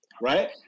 right